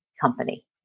company